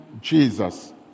Jesus